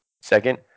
Second